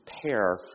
prepare